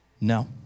No